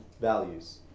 values